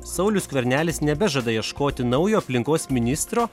saulius skvernelis nebežada ieškoti naujo aplinkos ministro